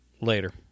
Later